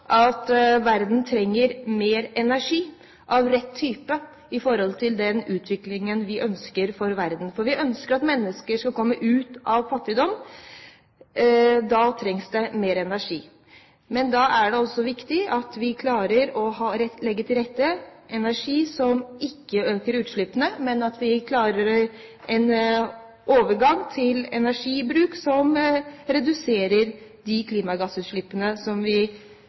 at verden trenger mer energi av rett type i forhold til den utviklingen vi ønsker for verden, for vi ønsker at mennesker skal komme ut av fattigdom. Da trengs det mer energi, men da er det også viktig at vi klarer å legge til rette for energi som ikke øker utslippene, slik at vi klarer en overgang til energibruk som reduserer de klimagassutslippene som vi